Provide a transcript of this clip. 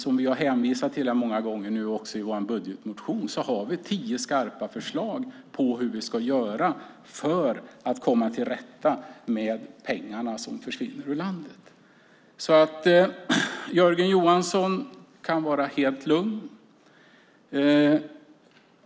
Som vi nu har hänvisat till många gånger har vi i vår budgetmotion tio skarpa förslag på hur vi ska göra för att komma till rätta med de pengar som försvinner ur landet. Jörgen Johansson kan vara helt lugn.